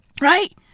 Right